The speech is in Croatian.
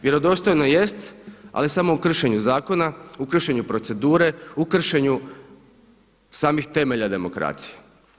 Vjerodostojno jest ali samo u kršenju zakona, u kršenju procedure, u kršenju samih temelja demokracije.